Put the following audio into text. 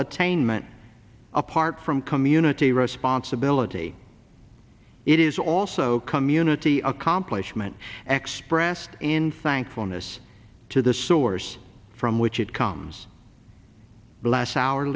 attainment apart from community responsibility it is also community accomplishment expressed in thankfulness to the source from which it comes bless our